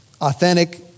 authentic